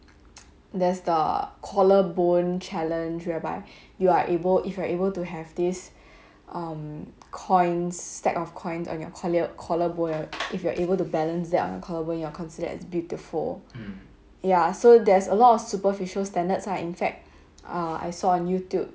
there's the collarbone challenge whereby you are able if you are able to have this um coins stack of coins on your collar collarbone if you are able to balance that on your collarbone you are considered as beautiful ya so there's a lot of superficial standards ah in fact uh I saw on youtube